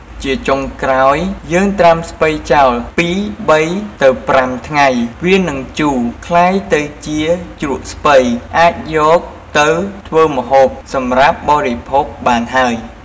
ជាចុងក្រោយយេីងត្រាំស្ពៃចោល ពីបីទៅប្រាំថ្ងៃ វានឹងជូរ ក្លាយទៅជាជ្រក់ស្ពៃអាចយកទៅធ្វើម្ហូបសម្រាប់បរិភោគបានហើយ។